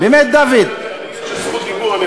יש לי זכות דיבור.